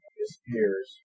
disappears